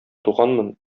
туганмын